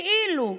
כאילו,